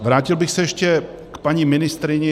Vrátil bych se ještě k paní ministryni.